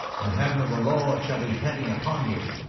the hand of the lord shall be heavy upon you,